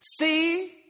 See